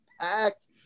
packed